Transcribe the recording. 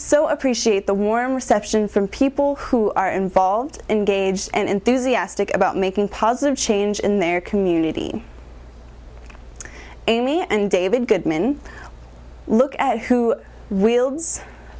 so appreciate the warm reception from people who are involved in gauge and enthusiastic about making positive change in their community amy and david goodman look at who w